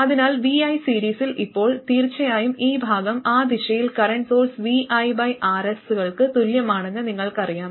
അതിനാൽ vi സീരീസിൽ ഇപ്പോൾ തീർച്ചയായും ഈ ഭാഗം ആ ദിശയിൽ കറന്റ് സോഴ്സ് viRs കൾക്ക് തുല്യമാണെന്ന് നിങ്ങൾക്കറിയാം